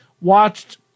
watched